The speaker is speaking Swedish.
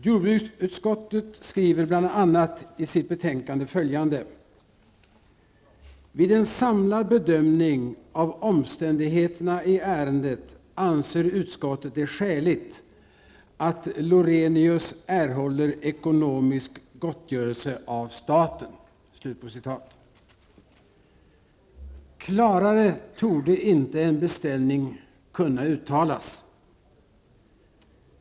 Jordbruksutskottet skriver bl.a. i sitt betänkande följande: ''Vid en samlad bedömning av omständigheterna i ärendet anser utskottet det skäligt att Lorenius erhåller ekonomisk gottgörelse av staten.'' Klarare torde inte en beställning kunna uttalas.